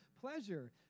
pleasure